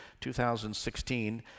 2016